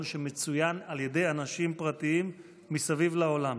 שמצוין על ידי אנשים פרטיים מסביב לעולם,